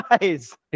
guys